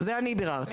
זה אני ביררתי,